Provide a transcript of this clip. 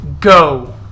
Go